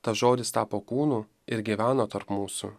tas žodis tapo kūnu ir gyveno tarp mūsų